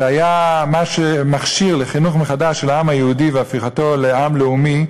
שהיה מה שמכשיר לחינוך מחדש של העם היהודי והפיכתו לעם לאומי,